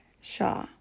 Shaw